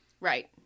Right